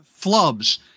flubs